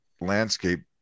landscape